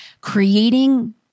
creating